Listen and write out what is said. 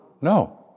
No